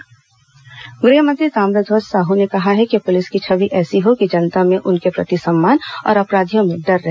ग़हमंत्री समीक्षा बैठक गृह मंत्री ताम्रध्वज साहू ने कहा है कि पुलिस की छवि ऐसी हो कि जनता में उनके प्रति सम्मान और अपराधियों में डर रहे